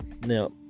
Now